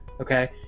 Okay